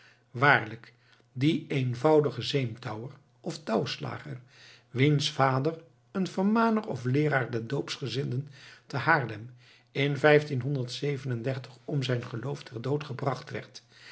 waarlijk die eenvoudige zeemtouwer of touwslager wiens vader een vermaner of leeraar der doopsgezinden te haarlem in om zijn geloof ter dood gebracht werd